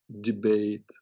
debate